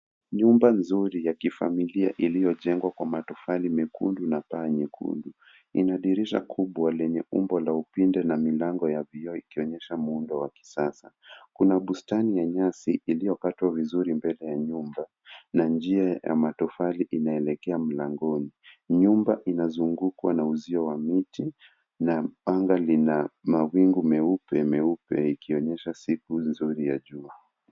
Nyumba nzuri ya kifamilia iliyojengwa kwa matofali mekundu na paa nyekundu. Ina dirisha kubwa lenye umbo la upinde na mlango ya vioo, ikionyesha muundo wa kisasa. Kuna bustani ya nyasi iliyokatwa vizuri mbele ya nyumba na njia ya matofali inaelekea mlangoni. Nyumba inazungukwa na uzio wa miti na anga lina mawingu meupe meupe, ikionyesha siku nzuri ya jua.